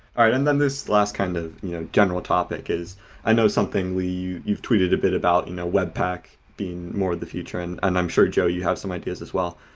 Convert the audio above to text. ah and and then this last kind of you know general topic is i know something, lee, you've tweeted a bit about, and webpack being more the future. and i'm i'm sure, joe, you have some ideas as well.